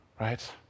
right